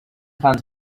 hands